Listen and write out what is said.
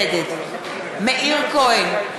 נגד מאיר כהן,